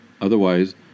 Otherwise